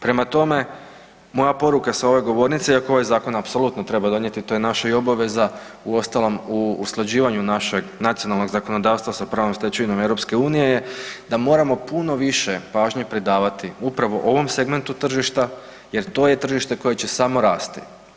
Prema tome, moja poruka s ove govornice iako ovaj zakon treba apsolutno donijeti to je naša i obaveza, uostalom u usklađivanju našeg nacionalnog zakonodavstva sa pravnom stečevinom EU je da moramo puno više pažnje predavati upravo ovom segmentu tržišta jer to je tržište koje će samo rasti.